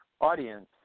audience